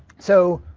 so,